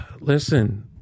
listen